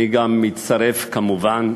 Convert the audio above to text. אני מצטרף, כמובן,